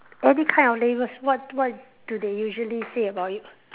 any kind of labels what what do they usually say about you